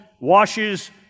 washes